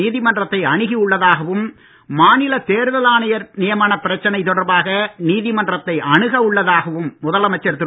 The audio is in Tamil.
நீதிமன்றத்தை அணுகி உள்ளதாகவும் மாநில தேர்தல் ஆணையர் நியமனப் பிரச்சனை தொடர்பாக நீதிமன்றத்தை அணுக உள்ளதாகவும் முதலமைச்சர் திரு